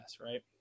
right